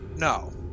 No